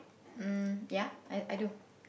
um ya I I do